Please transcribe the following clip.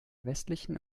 westlichen